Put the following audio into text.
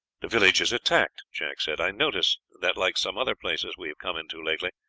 the village is attacked, jack said. i noticed that, like some other places we have come into lately,